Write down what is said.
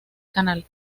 canal